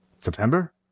September